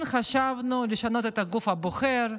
כן חשבנו לשנות את הגוף הבוחר,